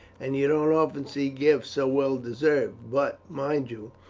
and you don't often see gifts so well deserved but, mind you,